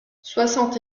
soixante